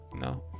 no